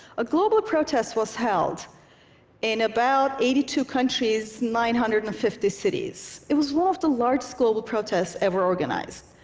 a global protest was held in about eighty two countries, nine hundred and fifty cities. it was one of the largest global protests ever organized.